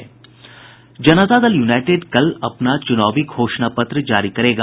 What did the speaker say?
जनता Dal United कल अपना चुनावी घोषणा पत्र जारी करेगा